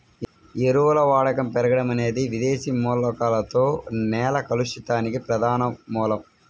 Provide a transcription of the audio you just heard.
ఎరువుల వాడకం పెరగడం అనేది విదేశీ మూలకాలతో నేల కలుషితానికి ప్రధాన మూలం